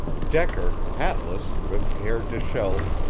decker, hatless, with hair disheveled,